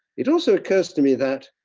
it also occurs to me that